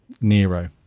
Nero